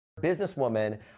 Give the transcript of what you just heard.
businesswoman